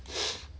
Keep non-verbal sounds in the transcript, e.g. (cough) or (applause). (noise)